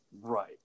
Right